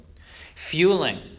fueling